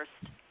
first